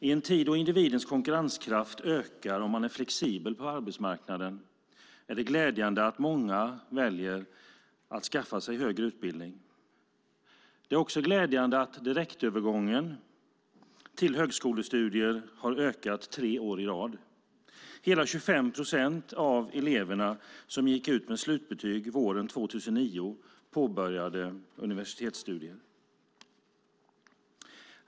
I en tid då individens konkurrenskraft ökar och man är flexibel på arbetsmarknaden är det glädjande att många väljer att skaffa sig högre utbildning. Det är också glädjande att direktövergången till högskolestudier har ökat tre år i rad. Hela 25 procent av eleverna som gick ut med slutbetyg våren 2009 påbörjade universitetsstudier.